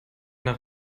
nach